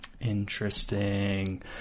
Interesting